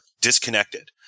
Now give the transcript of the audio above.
disconnected